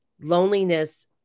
loneliness